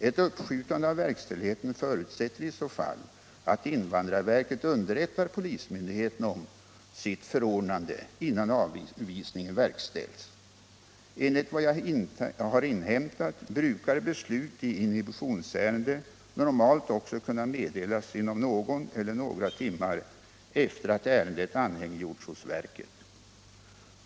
Ett uppskjutande av verkställigheten förutsätter i så fall att invandrarverket underrättar polismyndigheten om sitt förordnande innan avvisningen verkställts. Enligt vad jag har inhämtat brukar beslut i inhibitionsärende normalt också kunna meddelas inom någon eller några timmar efter att ärendet anhängiggjorts hos verket.